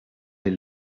les